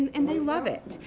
and they love it.